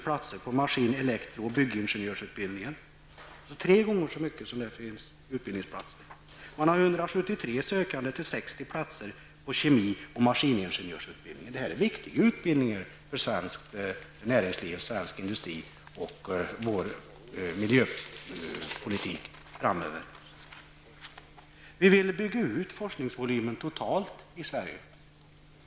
platser på maskin-, elektro och byggnadsingenjörsutbildningen, dvs. tre gånger så många sökande som det finns utbildningsplatser. Man har 173 sökande till 60 platser på kemi och maskiningenjörsutbildningen. Detta är viktiga utbildningar för svenskt näringsliv, för svensk industri och för vår miljöpolitik framöver. Vi i vänsterpartiet vill bygga ut forskningsvolymen totalt i Sverige.